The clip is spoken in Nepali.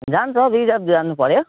जाँन्छ रिजर्भ जानुपऱ्यो